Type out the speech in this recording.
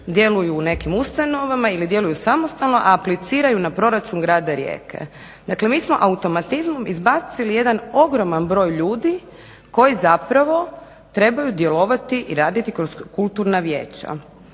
djeluju u nekim ustanovama ili djeluju samostalno, a apliciraju na proračun grada Rijeke. Dakle, mi smo automatizmom izbacili jedan ogroman broj ljudi koji zapravo trebaju djelovati i raditi kroz kulturna vijeća.